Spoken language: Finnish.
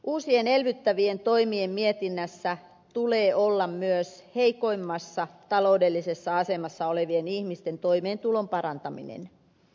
uusien elvyttävien toimien mietinnässä tulee olla myös heikoimmassa taloudellisessa asemassa olevien ihmisten toimeentulon parantaminen